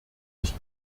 ich